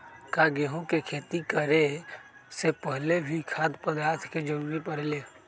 का गेहूं के खेती करे से पहले भी खाद्य पदार्थ के जरूरी परे ले?